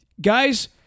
guys